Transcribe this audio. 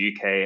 UK